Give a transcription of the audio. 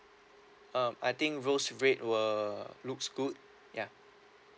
uh I think rose red were looks good yeah